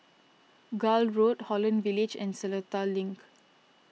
Gul Road Holland Village and Seletar Link